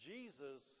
Jesus